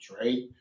Right